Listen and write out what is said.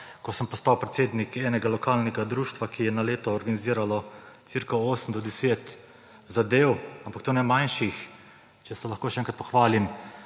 ko sem postal predsednik enega lokalnega društva, ki je na leto organiziralo okoli 8 do 10 zadev, ampak to ne manjših. Če se lahko še enkrat pohvalim,